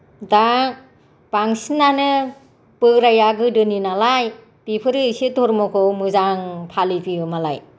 दा बांसिनानो बोराया गोदोनि नालाय बेफोरो इसे धोरोमखौ मोजां फालिफैयो मालाय